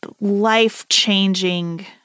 life-changing